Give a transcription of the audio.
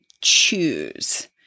choose